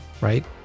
right